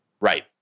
right